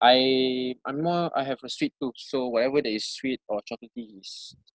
I I'm more I have a sweet tooth so whatever that is sweet or chocolaty is